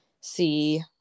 see